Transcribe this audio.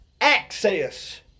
access